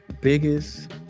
biggest